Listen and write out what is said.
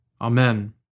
Amen